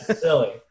silly